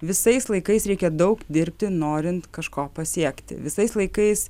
visais laikais reikia daug dirbti norint kažko pasiekti visais laikais